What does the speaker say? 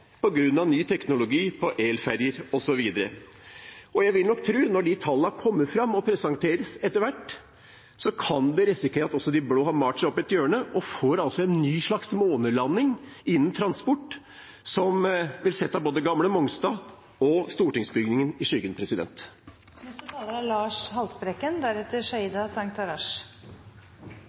ny teknologi på elferjer, osv. Og jeg vil nok tro at når de tallene kommer fram og etter hvert presenteres, kan vi risikere at de blå har malt seg opp i et hjørne og vi får en ny slags månelanding innen transport som vil sette både gamle Mongstad og stortingsbygningen i